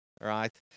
right